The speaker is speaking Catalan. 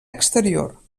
exterior